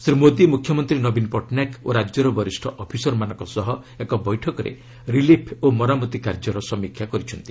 ଶ୍ରୀ ମୋଦି ମୁଖ୍ୟମନ୍ତ୍ରୀ ନବୀନ ପଟ୍ଟନାୟକ ଓ ରାଜ୍ୟର ବରିଷ୍ଠ ଅଫିସରମାନଙ୍କ ସହ ଏକ ବୈଠକରେ ରିଲିଫ୍ ଓ ମରାମତି କାର୍ଯ୍ୟର ସମୀକ୍ଷା କରିଛନ୍ତି